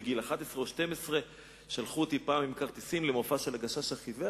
בגיל 11 או 12 שלחו אותי פעם עם כרטיסים למופע של "הגשש החיוור".